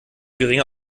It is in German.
geringe